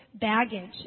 baggage